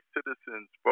Citizen's